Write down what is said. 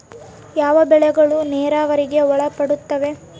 ಯಾವ ಬೆಳೆಗಳು ನೇರಾವರಿಗೆ ಒಳಪಡುತ್ತವೆ?